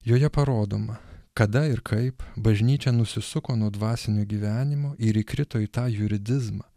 joje parodoma kada ir kaip bažnyčia nusisuko nuo dvasinio gyvenimo ir įkrito į tą juridizmą